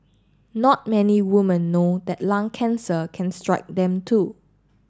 not many woman know that lung cancer can strike them too